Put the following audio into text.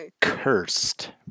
cursed